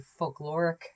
folkloric